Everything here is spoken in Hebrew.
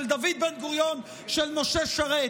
דוד בן-גוריון ומשה שרת.